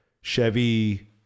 Chevy